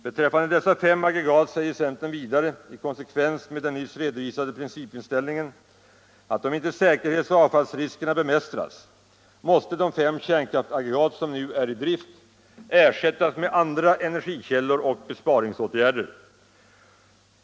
Beträffande dessa fem aggregat säger centern vidare i konsekvens med den nyss redovisade principinställningen att om inte säkerhetsoch avfallsriskerna bemästras, måste de fem kärnkraftsaggregat som nu är i drift ersättas med andra energikällor och besparingsåtgärder.